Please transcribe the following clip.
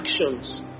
actions